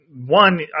one